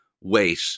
weight